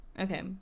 Okay